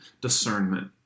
discernment